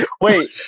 wait